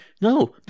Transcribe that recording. No